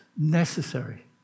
necessary